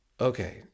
Okay